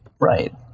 right